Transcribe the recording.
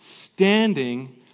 standing